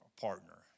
partner